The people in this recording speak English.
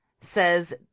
says